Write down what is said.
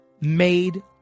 made